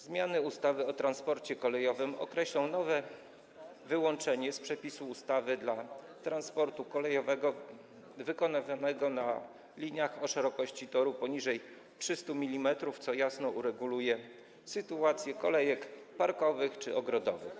Zmiany ustawy o transporcie kolejowym przewidują nowe wyłączenie spod działania przepisów ustawy dla transportu kolejowego wykonywanego na liniach o szerokości toru poniżej 300 mm, co jasno ureguluje sytuację kolejek parkowych czy ogrodowych.